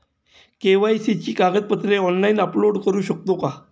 KYC ची कागदपत्रे online upload करू शकतो का?